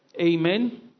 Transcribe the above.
Amen